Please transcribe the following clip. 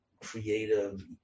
creative